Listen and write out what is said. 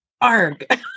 ARG